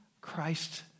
Christ